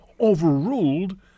overruled